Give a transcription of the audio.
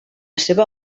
seva